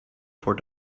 voor